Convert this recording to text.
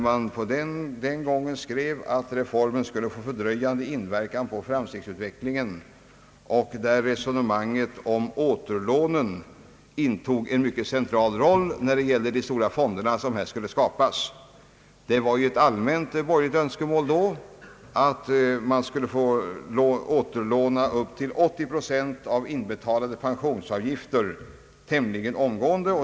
Man skrev då »att reformen skulle inverka fördröjande på framstegsutvecklingen», och resonemanget om återlånen intog där en central plats när det gällde de stora fonder som skulle skapas. Det var ett allmänt borgerligt önskemål att man skulle få återlåna upp till 80 procent av inbetalade pensionsavgifter tämligen omgående.